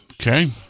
Okay